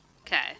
Okay